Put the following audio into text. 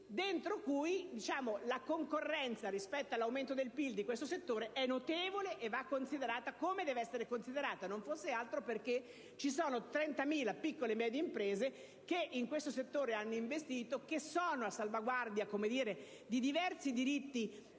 in cui la concorrenza, rispetto all'aumento del PIL in questo settore, è notevole e va considerata come si deve, non fosse altro che per il fatto che ci sono 30.000 piccole e medie imprese che in questo settore hanno investito, che sono a salvaguardia di diversi diritti e